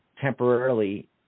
temporarily